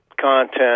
content